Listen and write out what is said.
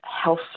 health